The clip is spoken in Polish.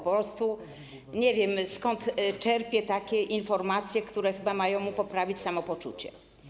Po prostu nie wiem, skąd czerpie takie informacje, które mają mu chyba poprawić samopoczucie.